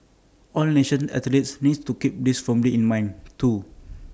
all nation athletes need to keep this firmly in mind too